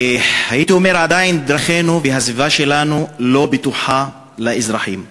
עדיין דרכינו והסביבה שלנו לא בטוחות לאזרחים,